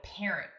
parent